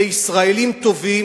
אלה ישראלים טובים,